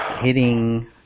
hitting